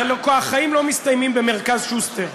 החיים לא מסתיימים במרכז שוסטר,